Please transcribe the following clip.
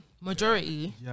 majority